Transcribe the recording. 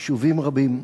יישובים רבים,